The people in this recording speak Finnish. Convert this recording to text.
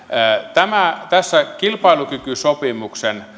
tässä kilpailukykysopimuksen osana